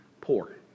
poor